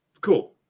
cool